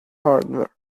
hardware